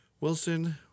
Wilson